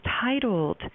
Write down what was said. titled